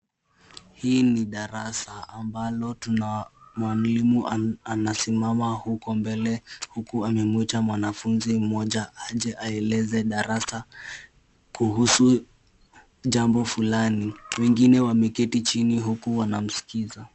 Hii ni darasa ambalo tuna mwalimu anasimama huko mbele, huku amemuita mwanafunzi mmoja aje aeleze darasa kuhusu jambo fulani. Wengine wameketi chini huku wanamsikiza.